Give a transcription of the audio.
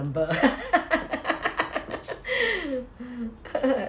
number